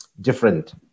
different